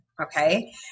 Okay